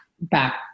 back